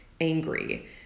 angry